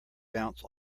bounce